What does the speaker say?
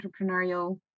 entrepreneurial